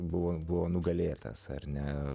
buvo buvo nugalėtas ar ne